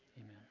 amen